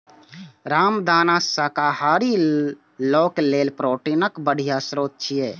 रामदाना शाकाहारी लोक लेल प्रोटीनक बढ़िया स्रोत छियै